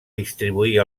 distribuir